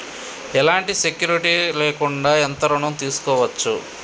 ఎలాంటి సెక్యూరిటీ లేకుండా ఎంత ఋణం తీసుకోవచ్చు?